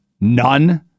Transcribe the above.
None